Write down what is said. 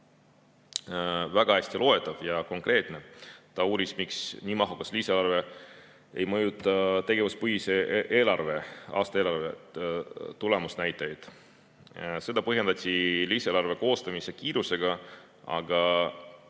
väga hästi loetav ja konkreetne. Ta uuris, miks nii mahukas lisaeelarve ei mõjuta tegevuspõhise eelarve, aastaeelarve tulemusnäitajaid. Seda põhjendati lisaeelarve koostamise kiirusega, aga